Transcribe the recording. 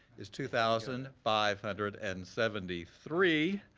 is two thousand five hundred and seventy three,